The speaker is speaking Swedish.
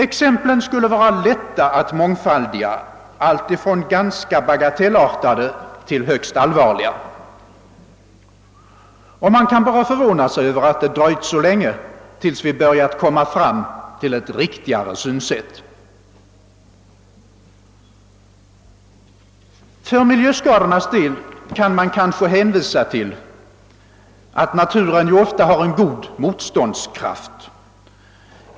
Exemplen skulle vara lätta att mångfaldiga, alltifrån ganska bagatellartade till högst allvarliga. Man kan bara förvåna sig över att det dröjt så länge innan vi börjat komma fram till ett riktigare synsätt. För miljöskadornas del kan man kanske hänvisa till att naturen ofta har god motståndskraft.